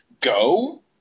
go